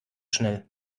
schnell